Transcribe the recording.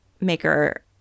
maker